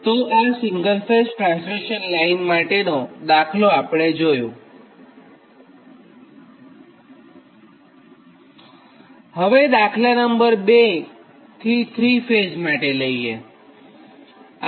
તો આ single phase transmission line માટેનો દાખલો આપણે જોયું હવેદાખલા નં 2 થ્રી ફેઝ માટે લઇએ